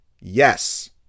Yes